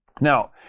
Now